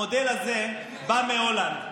המודל הזה, בא מהולנד.